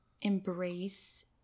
embrace